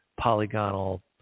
polygonal